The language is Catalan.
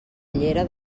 llera